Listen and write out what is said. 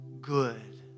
good